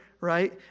right